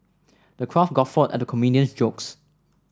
the crowd guffawed at the comedian's jokes